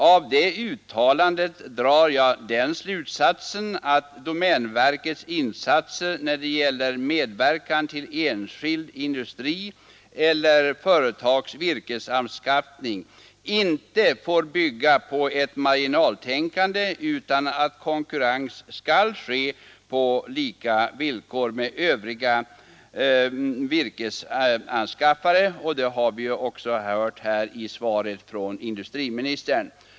Av det uttalandet drar jag den slutsatsen att domänverkets insatser när det gäller medverkan till enskild industris eller företags virkesanskaffning inte får bygga på ett marginaltänkande utan att konkurrens skall ske på lika villkor med övriga virkesanskaffare, och det har vi också hört här i svaret från industriministern.